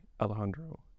Alejandro